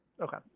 okay